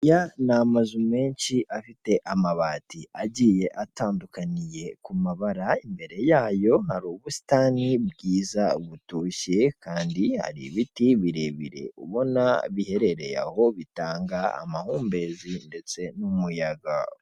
Aya ni amazu menshi afite amabati agiye atandukaniye ku mabara, imbere yayo hari ubusitani bwiza butoshye kandi hari ibiti birebire ubona biherereye aho, bitanga amahumbezi ndetse n'umuyaga.